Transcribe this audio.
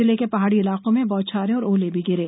जिले के पहाडी इलाकों में बौछारे और ओले भी गिरे